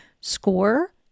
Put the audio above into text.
score